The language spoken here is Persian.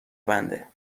بنده